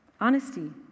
Honesty